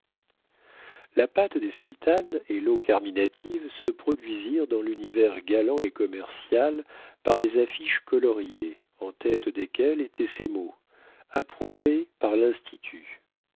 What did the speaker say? la pâte des sultanes et l'eau carminative se produisirent dans l'univers galant et commercial par des affiches coloriées en tête desquelles étaient ces mots approuvées par l'institut